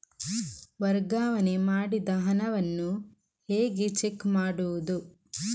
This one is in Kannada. ವರ್ಗಾವಣೆ ಮಾಡಿದ ಹಣವನ್ನು ಹೇಗೆ ಚೆಕ್ ಮಾಡುವುದು?